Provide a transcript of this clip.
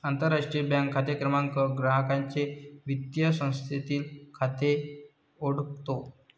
आंतरराष्ट्रीय बँक खाते क्रमांक ग्राहकाचे वित्तीय संस्थेतील खाते ओळखतो